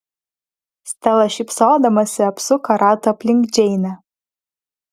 stela šypsodamasi apsuko ratą aplink džeinę